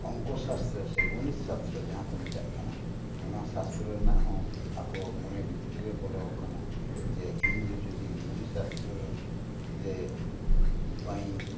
ᱚᱝᱠᱚ ᱥᱟᱥᱛᱨᱚ ᱥᱮ ᱜᱚᱱᱤᱛ ᱥᱟᱥᱛᱨᱚ ᱡᱟᱦᱟᱸ ᱠᱚ ᱢᱮᱛᱟᱜ ᱠᱟᱱᱟ ᱚᱱᱟ ᱥᱟᱥᱛᱨᱚ ᱨᱮᱱᱟᱜ ᱦᱚᱸ ᱟᱠᱚ ᱢᱚᱱᱮ ᱵᱷᱤᱛᱨᱤ ᱨᱮ ᱵᱚᱞᱚ ᱟᱠᱟᱱᱟ ᱡᱮ ᱤᱧᱫᱚ ᱡᱩᱫᱤ ᱜᱚᱱᱤᱛ ᱥᱟᱥᱛᱨᱚ ᱫᱚ ᱡᱮ ᱵᱟᱹᱧ